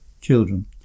children